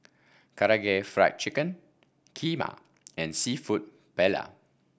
Karaage Fried Chicken Kheema and seafood Paella